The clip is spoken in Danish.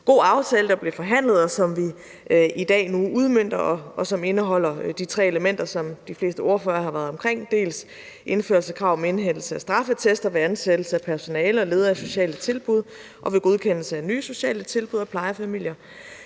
god aftale, der blev forhandlet, og som vi i dag udmønter, og som indeholder de tre elementer, som de fleste ordførere har været omkring: som det første element indførelse af krav om indhentelse af straffeattester ved ansættelse af personale og ledere i sociale tilbud og ved godkendelse af nye sociale tilbud og plejefamilie,